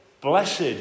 blessed